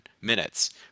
minutes